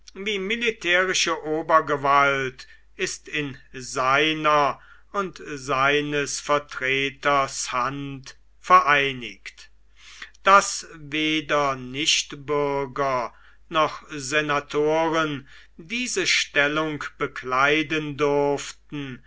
wie militärische obergewalt ist in seiner und seines vertreters hand vereinigt daß weder nichtbürger noch senatoren diese stellung bekleiden durften